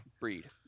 breed